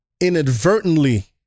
inadvertently